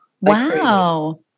Wow